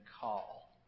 call